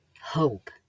hope